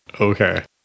Okay